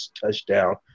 touchdown